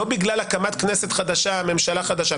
לא בגלל הקמת כנסת חדשה וממשלה חדשה.